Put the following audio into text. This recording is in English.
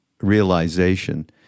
realization